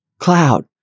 Cloud